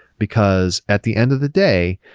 because at the end of the day,